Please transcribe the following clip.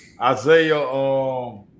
Isaiah